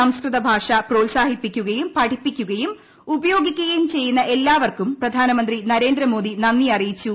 സംസ്കൃത ഭാഷ പ്രോത്സാഹിപ്പിക്കുകയും പഠിപ്പിക്കുകയും ഉപയോഗിക്കുകയും ചെയ്യുന്ന എല്ലാവർക്കും പ്രധാനമന്ത്രി നരേന്ദ്രമോദി നന്ദി അറിയിച്ചു